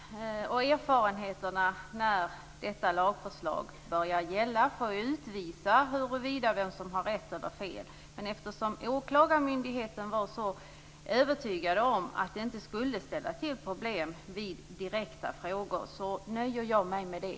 Fru talman! Praktiken och erfarenheterna sedan dessa lagförslag trätt i kraft får utvisa vem som har rätt och vem som har fel. Men eftersom åklagarmyndigheten på direkta frågor var så övertygad om att det inte skulle bli några problem, nöjer jag mig med det.